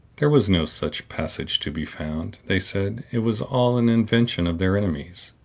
there was no such passage to be found, they said. it was all an invention of their enemies.